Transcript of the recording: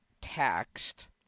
taxed